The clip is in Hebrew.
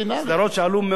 סדרות שעלו מאות מיליונים.